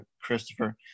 Christopher